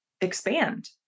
expand